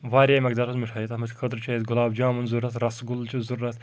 واریاہ مٮ۪قدارَس منٛز مِٹھٲے تَتھ منٛز خٲطرٕ چھ اَسہِ گُلاب جامُن ضروٗرَت رَسہٕ گول چھُ ضروٗرَت